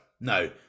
no